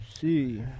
See